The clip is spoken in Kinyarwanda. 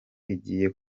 igiye